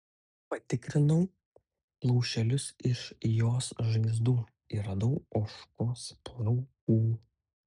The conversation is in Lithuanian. patikrinau plaušelius iš jos žaizdų ir radau ožkos plaukų